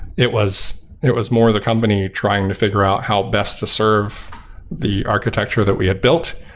it was it was more the company trying to figure out how best to serve the architecture that we had built,